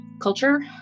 culture